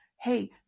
hey